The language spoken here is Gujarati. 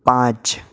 પાંચ